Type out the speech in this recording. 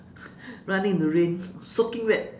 running in the rain soaking wet